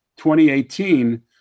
2018